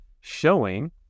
showing